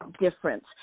difference